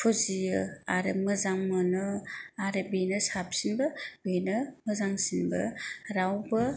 फुजियो आरो मोजां मोनो आरो बेनो साबसिनबो बेनो मोजांसिनबो रावबो